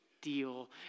Deal